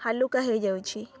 ହାଲୁକା ହେଇଯାଉଛି